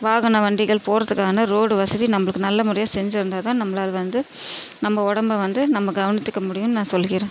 வாகன வண்டிகள் போகிறத்துக்கான ரோடு வசதி நம்மளுக்கு நல்ல முறையில் செஞ்சு தந்தாதான் நம்மளால் வந்து நம்ம உடம்பை வந்து நம்ம கவனித்துக்க முடியும்னு நான் சொல்லிக்கிறேன்